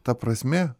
ta prasmė